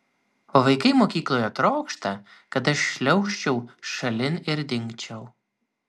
o vaikai mokykloje trokšta kad aš šliaužčiau šalin ir dingčiau